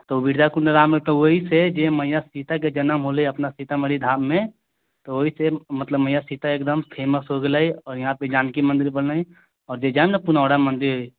कुण्ड रा मे त वही छै जे मैया सीता के जनम होलै अपना सीतमढ़ी धाम मे तऽ वही से मतलब मैया सीता एकदम फेमस हो गेलै यहाँपे जानकी मन्दिर बनलै जे जायब ने पुनौरा मन्दिर